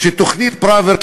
בתוכנית פראוור,